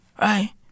Right